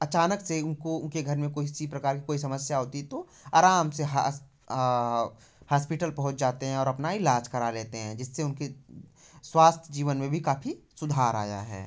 अचानक से उनको उनके घर में कोई सी प्रकार की कोई समस्या होती है तो आराम से हास हास्पिटल पहुँच जाते हैं और अपना इलाज़ करा लेते हैं जिससे उनके स्वास्थ जीवन में भी काफ़ी सुधार आया है